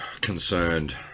concerned